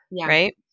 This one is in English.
right